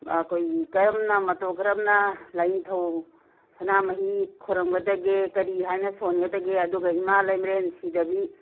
ꯑꯩꯈꯣꯏꯒꯤ ꯀꯔꯝꯅ ꯃꯇꯧ ꯀꯔꯝꯅ ꯂꯥꯌꯤꯡꯊꯧ ꯁꯅꯥꯃꯍꯤ ꯈꯣꯏꯔꯝꯒꯗꯒꯦ ꯀꯔꯤ ꯍꯥꯏꯅ ꯁꯣꯟꯒꯗꯒꯦ ꯑꯗꯨꯒ ꯏꯃꯥ ꯂꯩꯃꯔꯦꯟ ꯁꯤꯗꯕꯤ